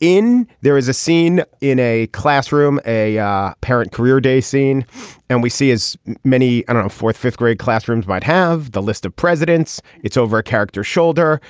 in there is a scene in a classroom a yeah parent career day scene and we see as many and a fourth fifth grade classrooms might have the list of presidents. it's over character shoulder.